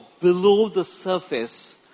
below-the-surface